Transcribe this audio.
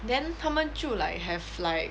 then 他们就 like have like